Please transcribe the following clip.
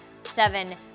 seven